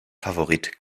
favorit